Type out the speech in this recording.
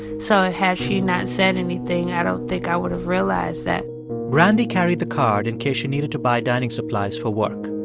so ah had she not said anything, i don't think i would have realized that brandy carried the card in case she needed to buy dining supplies for work.